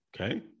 Okay